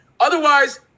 Otherwise